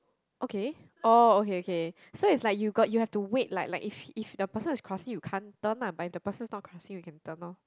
okay oh okay okay so is like you got you have to wait like like if if the person is cosy you can't turn lah but if the person no cost you can turn loh